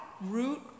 root